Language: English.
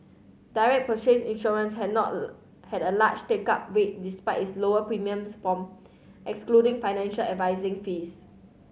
direct purchase insurance had not had a large take up rate despite its lower premiums from excluding financial advising fees